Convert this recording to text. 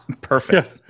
perfect